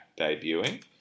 debuting